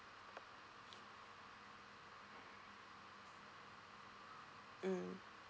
mm